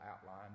outline